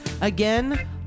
Again